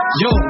yo